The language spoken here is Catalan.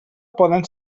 poden